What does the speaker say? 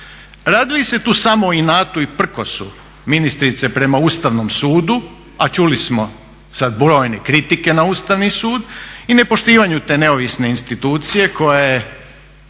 Radi li se tu samo o inatu i prkosu ministrice prema Ustavnom sudu, a čuli smo sada brojne kritike na Ustavni sud i ne poštivanju te neovisne institucije koja